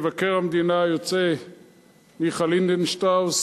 מבקר המדינה היוצא מיכה לינדנשטראוס